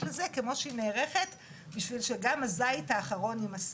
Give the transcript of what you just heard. לזה כמו שהיא נערכת בשביל שגם הזית האחרון יימסק?